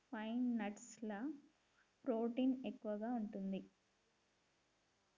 pine nuts ల protein ఎక్కువు ఉంటది